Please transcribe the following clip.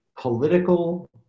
political